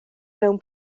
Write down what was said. mewn